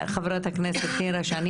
חברת הכנסת נירה שפק,